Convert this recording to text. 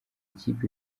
kipe